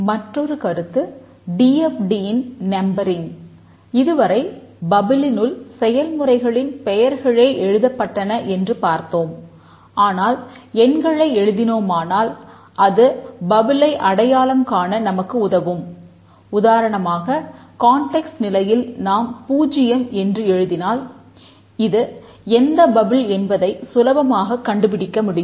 மற்றுமொரு கருத்து D F T என்பதை சுலபமாகக் கண்டுபிடிக்க முடியும்